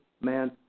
man